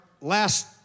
last